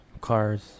cars